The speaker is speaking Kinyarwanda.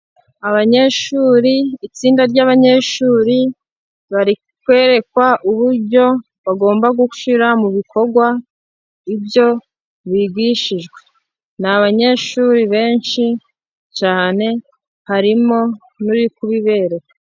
Abanyeshuri, itsinda ry'abanyeshuri bari kwerekwa uburyo bagomba gushyira mu bikorwa ibyo bigishijwe, n'abanyeshuri benshi cyane harimo ni uri kubibereka.